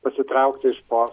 pasitraukti iš pos